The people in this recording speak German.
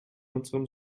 unserem